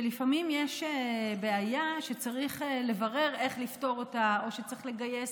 שלפעמים יש בעיה שצריך לברר איך לפתור אותה או שצריך לגייס.